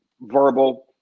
verbal